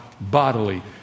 bodily